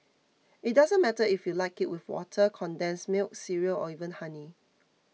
it doesn't matter if you like it with water condensed milk cereal or even honey